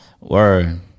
Word